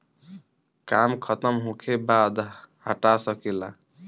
काम खतम होखे बाद हटा सके ला